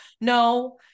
no